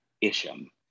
Isham